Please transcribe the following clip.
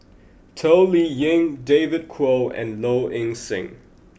Toh Liying David Kwo and Low Ing Sing